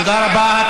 תודה רבה.